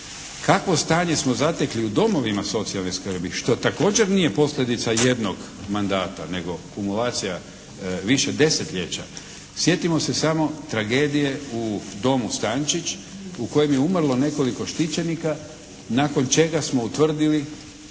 Kakvo stanje smo zatekli u domovima socijalne skrbi što također nije posljedica jednog mandata nego kumulacija više desetljeća. Sjetimo se samo tragedije u domu "Stančić" u kojem je umrlo nekoliko štićenika nakon čega smo utvrdili